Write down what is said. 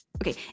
Okay